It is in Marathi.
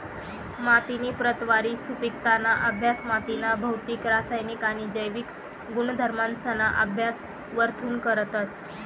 मातीनी प्रतवारी, सुपिकताना अभ्यास मातीना भौतिक, रासायनिक आणि जैविक गुणधर्मसना अभ्यास वरथून करतस